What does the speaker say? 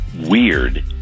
weird